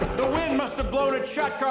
the wind must've blown it shut,